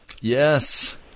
yes